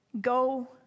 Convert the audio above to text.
Go